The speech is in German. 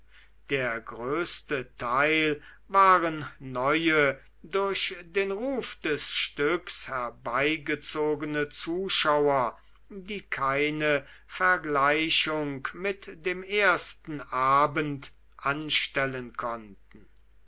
der größte teil waren neue durch den ruf des stücks herbeigezogene zuschauer die keine vergleichung mit dem ersten abend anstellen konnten